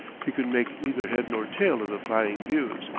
he could make neither head nor tail of the flying views,